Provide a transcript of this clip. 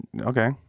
Okay